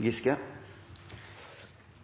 Giske –